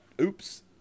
oops